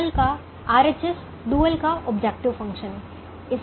primal का RHS dual का objective function है